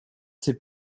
ses